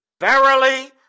Verily